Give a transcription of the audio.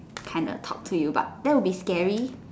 kinda talk to you but that would be scary